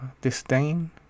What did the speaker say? disdain